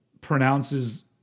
pronounces